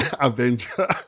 Avenger